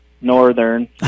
northern